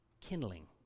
kindling